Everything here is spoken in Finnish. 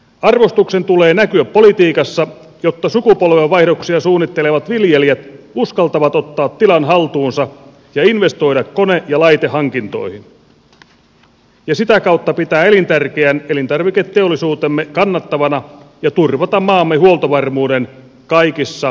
arvostuksen tulee näkyä politiikassa jotta sukupolvenvaihdoksia suunnittelevat viljelijät uskaltavat ottaa tilan haltuunsa ja investoida kone ja laitehankintoihin ja sitä kautta pitävät elintärkeän elintarviketeollisuutemme kannattavana ja turvaavat maamme huoltovarmuuden kaikissa olosuhteissa